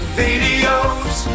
videos